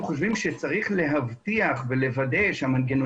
כדי שנוכל לפקח ולראות שהדברים